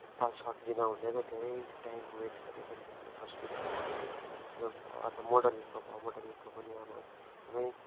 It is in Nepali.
एकताल सट् लिँदा हुँदैन धेरै टाइम वेट गरेर लिएको तस्बिरहरू छ होइन त्यो भयो अथवा मोडलिङको भयो मोडलिङको पनि अब एकदमै